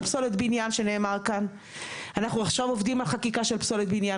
אנחנו עובדים עכשיו על חקיקה של פסולת בניין,